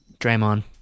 Draymond